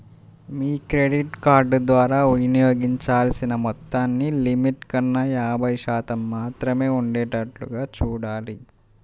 మీ credit card ద్వారా వినియోగించాల్సిన మొత్తాన్ని లిమిట్ కన్నా యాభై శాతం మాత్రమే ఉండేటట్లుగా చూడాలి